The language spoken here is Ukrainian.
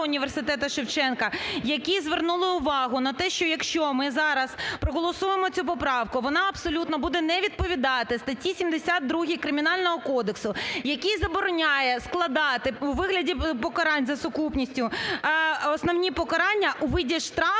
університету Шевченка, які звернули увагу на те, що якщо ми зараз проголосуємо цю поправку, вона абсолютно буде не відповідати статті 72 Кримінального кодексу, який забороняє складати у вигляді покарань за сукупністю основні покарання у виді штрафу